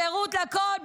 שירות לכול,